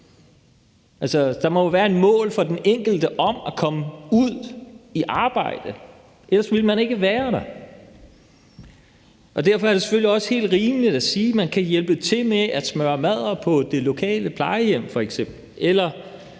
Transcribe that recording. Der må være et mål for den enkelte om at komme ud i arbejde, for ellers ville man ikke være der.. Derfor er det selvfølgelig også helt rimeligt at sige, at man kan hjælpe til med at smøre madder på det lokale plejehjem